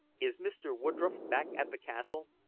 is mr. woodroffe back at the castle?